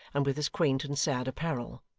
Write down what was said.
and with his quaint and sad apparel.